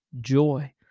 joy